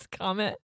comment